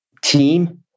team